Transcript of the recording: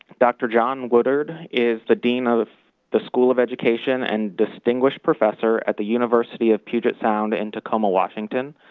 dr. john woodward is the dean of the school of education and distinguished professor at the university of puget sound in tacoma, washington.